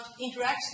interaction